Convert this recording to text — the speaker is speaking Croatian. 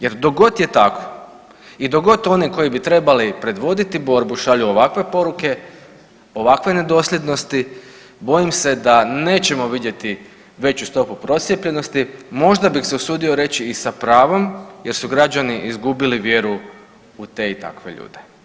Jer dok god je tako i dok god oni koji bi trebali predvoditi borbu šalju ovakve poruke, ovakve nedosljednosti, bojim se da nećemo vidjeti veću stopu procijepljenosti, možda bih se usudio reći i sa pravom jer su građani izgubili vjeru u te i takve ljude.